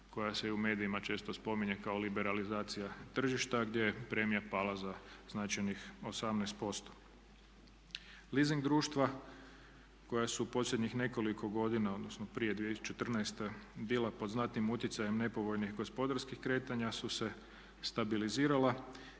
koja se i u medijima često spominje kao liberalizacija tržišta gdje je premija pala za značajnih 18%. Leasing društva koja su u posljednjih nekoliko godina odnosno prije 2014. bila pod znatnim utjecajem nepovoljnih gospodarskih kretanja su se stabilizirala